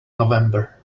november